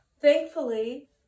Thankfully